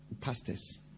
pastors